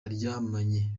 yaryamanye